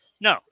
No